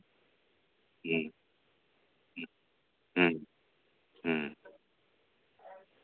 ᱦᱮᱸ ᱦᱮᱸ ᱦᱮ ᱦᱮᱸ